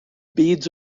beads